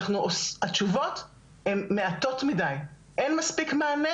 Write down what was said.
התשובות הן מעטות מידי, אין מספיק מענה